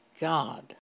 God